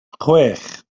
chwech